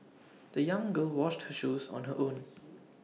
the young girl washed her shoes on her own